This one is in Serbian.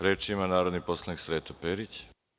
Reč ima narodni poslanik Sreto Perić.